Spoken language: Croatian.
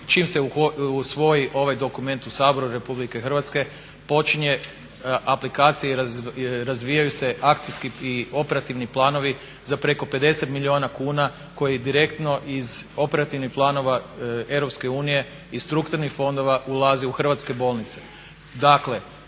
čim se usvoji ovaj dokument u Saboru Republike Hrvatske počinje aplikacija i razvijaju se akcijski i operativni planovi za preko 50 milijuna kuna koji direktno iz operativnih planova Europske unije i strukturnih fondova ulaze u hrvatske bolnice.